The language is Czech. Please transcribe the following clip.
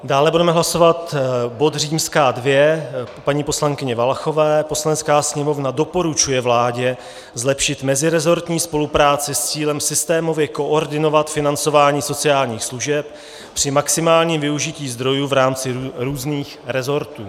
Dále budeme hlasovat bod II paní poslankyně Valachové: Poslanecká sněmovna doporučuje vládě zlepšit meziresortní spolupráci s cílem systémově koordinovat financování sociálních služeb při maximálním využití zdrojů v rámci různých resortů.